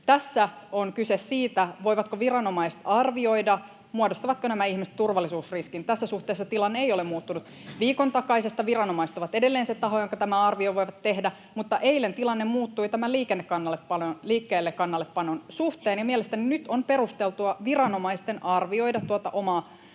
Tässä on kyse siitä, voivatko viranomaiset arvioida, muodostavatko nämä ihmiset turvallisuusriskin. Tässä suhteessa tilanne ei ole muuttunut viikon takaisesta. Viranomaiset ovat edelleen se taho, joka tämän arvion voi tehdä, mutta eilen tilanne muuttui tämän liikekannallepanon suhteen, ja mielestäni nyt on perusteltua viranomaisten arvioida